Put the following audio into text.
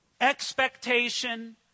expectation